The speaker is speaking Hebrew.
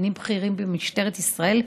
קצינים בכירים במשטרת ישראל,